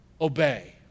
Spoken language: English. Obey